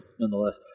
nonetheless